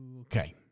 Okay